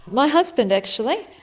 my husband actually.